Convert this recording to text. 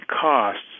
costs